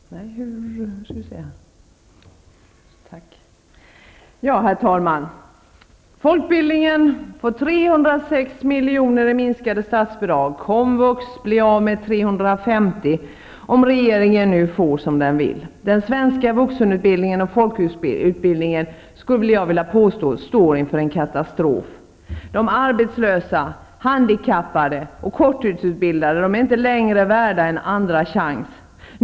Herr talman! Statsbidragen till folkbildningen minskas med 306 miljoner och komvux blir av med 350 miljoner, om regeringen får som den vill. Den svenska vuxenutbildningen och folkbildningen står inför en katastrof. De arbetslösa, handikappade och korttidsutbildade är inte längre värda en andra chans.